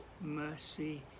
mercy